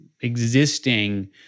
existing